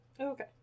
Okay